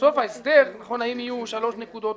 ובסוף ההסדר הוא האם יהיו 2.5 נקודות או